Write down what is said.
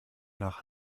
nach